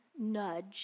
nudge